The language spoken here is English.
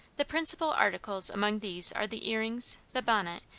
the principal articles among these are the earrings, the bonnet,